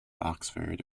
oxford